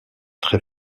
très